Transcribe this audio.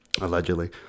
allegedly